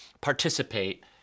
participate